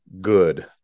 good